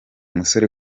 musore